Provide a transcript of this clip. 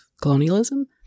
colonialism